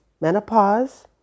menopause